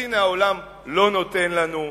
אז הנה, העולם לא נותן לנו.